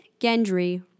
Gendry